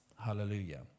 Hallelujah